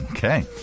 Okay